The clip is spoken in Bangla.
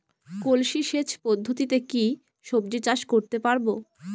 কলসি সেচ পদ্ধতিতে কি সবজি চাষ করতে পারব?